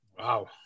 Wow